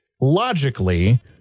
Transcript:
logically